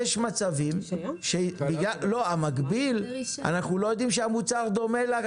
המקביל, אנחנו לא יודעים שהמוצר דומה.